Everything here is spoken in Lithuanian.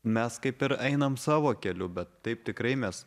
mes kaip ir einam savo keliu bet taip tikrai mes